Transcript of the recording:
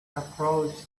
approach